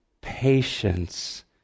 patience